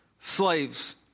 slaves